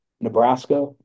Nebraska